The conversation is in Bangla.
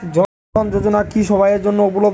জন ধন যোজনা কি সবায়ের জন্য উপলব্ধ?